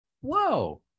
Whoa